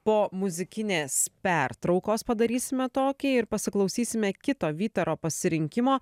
po muzikinės pertraukos padarysime tokį ir pasiklausysime kito vytaro pasirinkimo